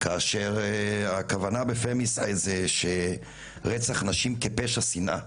כאשר הכוונה ב- Femicideזה שרצח נשים כפשע שינאה.